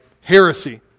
heresy